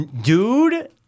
Dude